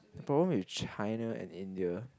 problem with China and India